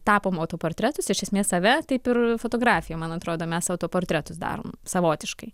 tapom autoportretus iš esmės save taip ir fotografija man atrodo mes autoportretus darom savotiškai